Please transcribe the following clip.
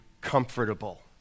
comfortable